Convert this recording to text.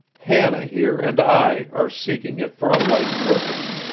hannah here and i are seeking it for a like purpose